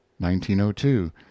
1902